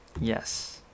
Yes